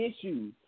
issues